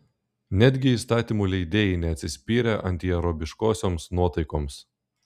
netgi įstatymų leidėjai neatsispyrė antiarabiškosioms nuotaikoms